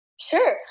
sure